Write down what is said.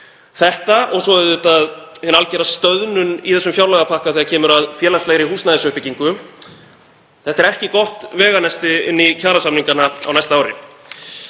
Þetta og svo auðvitað hin algjöra stöðnun í þessum fjárlagapakka þegar kemur að félagslegri húsnæðisuppbyggingu er ekki gott veganesti inn í kjarasamningana á næsta ári.